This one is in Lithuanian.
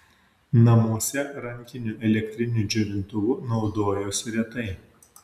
namuose rankiniu elektriniu džiovintuvu naudojosi retai